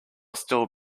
still